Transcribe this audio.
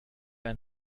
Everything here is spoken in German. ein